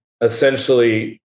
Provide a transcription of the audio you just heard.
essentially